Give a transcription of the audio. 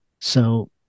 So-